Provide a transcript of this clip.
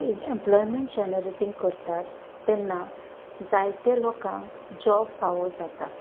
employment generating करतात तेन्ना जायते लोकांक जॉब फावो जाता